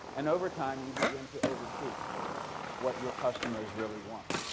and over time you begin to overshoot what your customers really want.